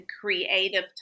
creative